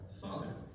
Father